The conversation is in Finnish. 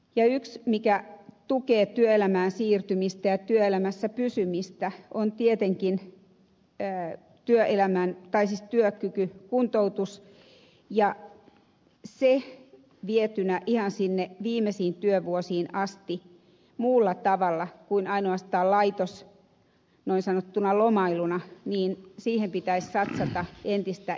yksi mikä tukee työelämään siirtymistä ja työelämässä pysymistä on tietenkin työkykykuntoutus ja siihen vietynä ihan sinne viimeisiin työvuosiin asti muulla tavalla kuin ainoastaan niin sanottuna laitoslomailuna pitäisi satsata entistä enemmän